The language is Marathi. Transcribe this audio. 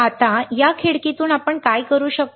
आता या खिडकीतून आपण काय करू शकतो